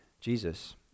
jesus